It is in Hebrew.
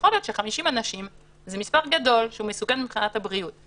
יכול להיות ש-50 אנשים זה מספר גדול שמסוכן מבחינת הבריאות.